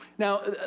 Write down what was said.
Now